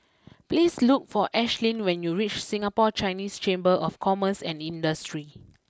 please look for Ashly when you reach Singapore Chinese Chamber of Commerce and Industry